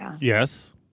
Yes